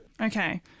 Okay